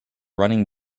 running